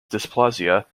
dysplasia